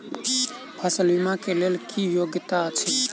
फसल बीमा केँ लेल की योग्यता अछि?